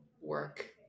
work